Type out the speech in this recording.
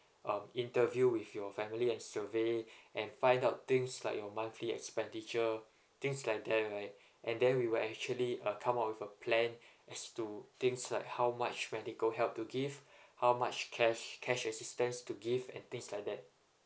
um interview with your family and survey and find out things like your monthly expenditure things like that right and then we will actually uh come up with a plan as to things like how much medical help to give how much cash cash assistance to give and things like that